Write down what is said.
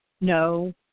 No